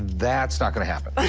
that's not going to happen.